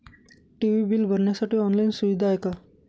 TV bill भरण्यासाठी online सुविधा आहे का?